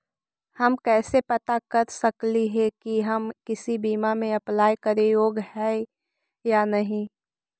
हम कैसे पता कर सकली हे की हम किसी बीमा में अप्लाई करे योग्य है या नही?